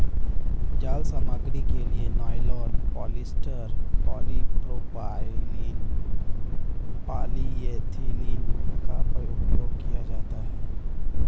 जाल सामग्री के लिए नायलॉन, पॉलिएस्टर, पॉलीप्रोपाइलीन, पॉलीएथिलीन का उपयोग किया जाता है